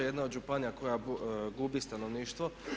Jedna je od županija koja gubi stanovništvo.